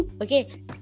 Okay